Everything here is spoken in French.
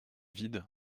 vide